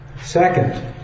Second